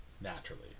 Naturally